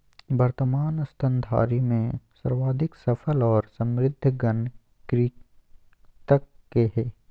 वर्तमान स्तनधारी में सर्वाधिक सफल और समृद्ध गण कृंतक के हइ